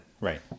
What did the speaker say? Right